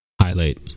highlight